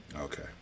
Okay